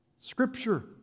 Scripture